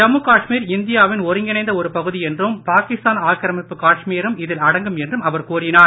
ஜம்மு காஷ்மீர் இந்தியாவின் ஒருங்கிணைந்த ஒரு பகுதி என்றும் பாகிஸ்தான் ஆக்கிரமிப்பு காஷ்மீரும் இதில் அடங்கும் என்றும் அவர் கூறினார்